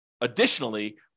additionally